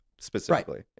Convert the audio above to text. specifically